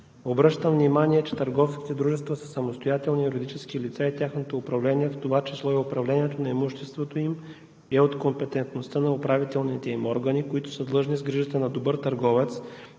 Обръщам внимание, че търговските дружества са самостоятелни юридически лица и тяхното управление, в това число и управлението на имуществото им, е от компетентността на управителните им органи, които са длъжни с грижата на добър търговец